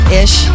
ish